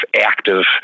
active